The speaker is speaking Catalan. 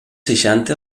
seixanta